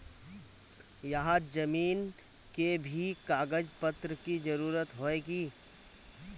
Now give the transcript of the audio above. यहात जमीन के भी कागज पत्र की जरूरत होय है की?